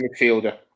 midfielder